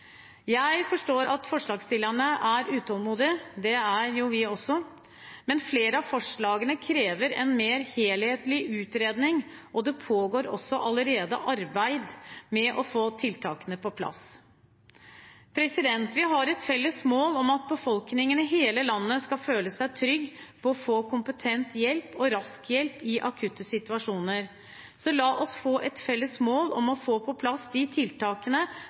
Jeg forstår at forslagsstillerne er utålmodige, det er vi også. Men flere av forslagene krever en mer helhetlig utredning, og det pågår også allerede arbeid med å få tiltakene på plass. Vi har et felles mål om at befolkningen i hele landet skal føle seg trygg på å få kompetent og rask hjelp i akutte situasjoner, så la oss ha et felles mål om å få på plass de tiltakene